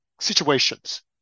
situations